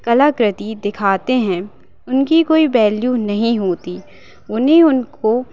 कलाकृति दिखाते हैं उनकी कोई वैल्यू नहीं होती उन्हें उनको